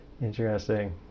Interesting